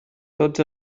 tots